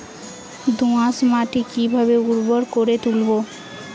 দোয়াস মাটি কিভাবে উর্বর করে তুলবো?